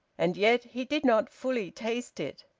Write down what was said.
and yet he did not fully taste it.